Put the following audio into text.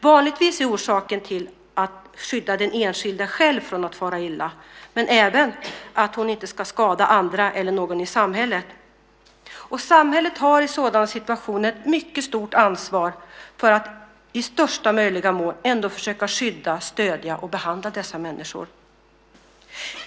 Vanligtvis är orsaken att man vill skydda den enskilda från att själv fara illa, men det handlar även om att hon inte ska skada andra i samhället. Samhället har i sådana situationer ett mycket stort ansvar för att i största möjliga mån ändå försöka skydda, stödja och behandla dessa människor.